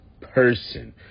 person